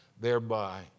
thereby